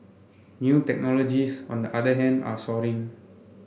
new technologies on the other hand are soaring